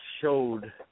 showed